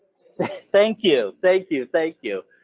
thank you, thank you, thank you.